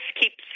keeps